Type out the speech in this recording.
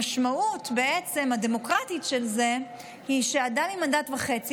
המשמעות הדמוקרטית של זה היא שאדם עם מנדט וחצי